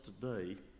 today